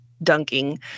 dunking